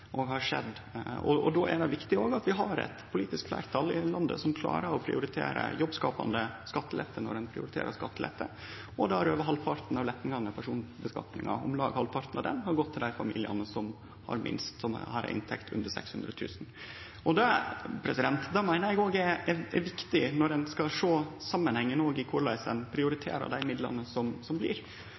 har det skjedd under skiftande politiske styre. Då er det viktig at vi har eit politisk fleirtal i landet som klarer å prioritere jobbskapande skattelette når ein prioriterer skattelette, og der om lag halvparten av letten i personskattlegginga har gått til dei familiane med inntekt under 600 000 kr. Det meiner eg òg er viktig når ein skal sjå samanhengen i korleis ein prioriterer dei midlane ein har. Tidlegare kritiserte Arbeidarpartiet det stortingsfleirtalet som